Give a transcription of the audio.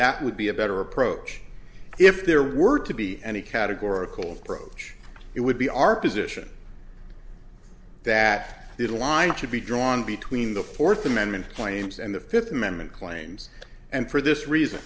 that would be a better approach if there were to be any categorical approach it would be our position that the line should be drawn between the fourth amendment claims and the fifth amendment claims and for this reason